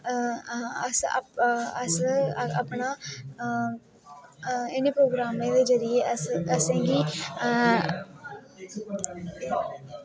अस अपना इनें प्रोग्रामें दे जरिये असेंगी अपना